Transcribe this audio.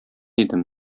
идем